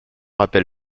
appel